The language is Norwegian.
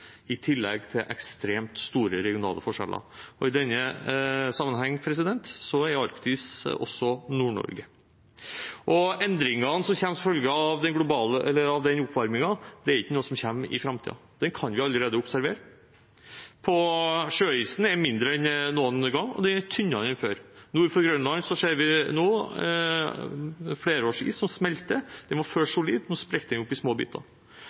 i tillegg til ekstremt store regionale forskjeller. I denne sammenhengen er Arktis også Nord-Norge. Endringene som kommer som følge av denne oppvarmingen, er ikke noe som kommer i framtiden. Vi kan allerede observere dem. Sjøisen er mindre enn noen gang og tynnere enn før. Nord for Grønland ser vi at flerårsis smelter. Før var den solid; nå sprekker den opp i små